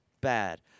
bad